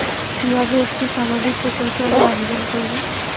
কিভাবে একটি সামাজিক প্রকল্পে আমি আবেদন করব?